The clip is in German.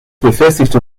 befestigte